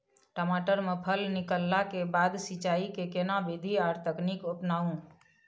टमाटर में फल निकलला के बाद सिंचाई के केना विधी आर तकनीक अपनाऊ?